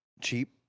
cheap